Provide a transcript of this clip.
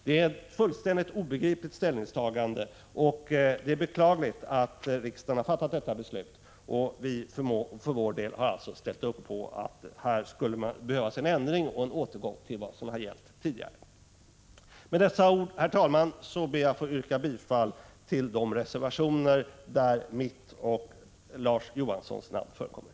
Detta är ett fullständigt obegripligt ställningstagande, och det är beklagligt att riksdagen har fattat detta beslut. Vi ställer oss i centerpartiet bakom förslaget om en återgång till vad som gällde tidigare. Med dessa ord, herr talman, ber jag att få yrka bifall till de reservationer som jag och Larz Johansson har biträtt.